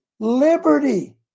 liberty